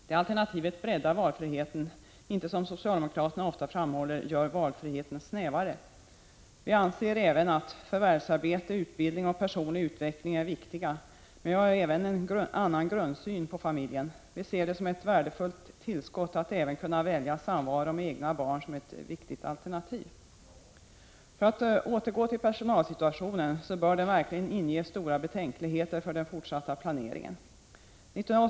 Det alternativet breddar valfriheten. Det gör inte, som socialdemokraterna ofta framhåller, valfriheten snävare. Vi anser även att förvärvsarbete, utbildning och personlig utveckling är viktiga, men vi har en annan grundsyn på familjen. Vi ser det som ett värdefullt tillskott att kunna välja även samvaro med egna barn som ett viktigt alternativ. För att återgå till personalsituationen vill jag säga att den verkligen bör inge stora betänkligheter för den fortsatta planeringen.